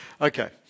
Okay